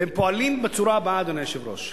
והם פועלים בצורה הבאה, אדוני היושב-ראש,